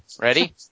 Ready